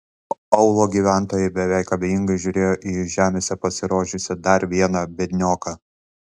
aūlo gyventojai beveik abejingai žiūrėjo į jų žemėse pasirodžiusį dar vieną biednioką